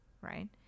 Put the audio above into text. Right